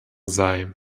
sei